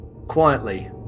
quietly